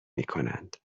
میکنند